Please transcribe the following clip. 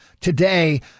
Today